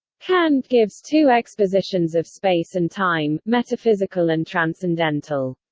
kant gives two expositions of space and time metaphysical and transcendental.